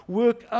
work